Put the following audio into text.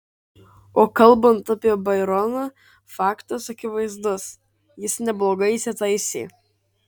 o kalbant apie baironą faktas akivaizdus jis neblogai įsitaisė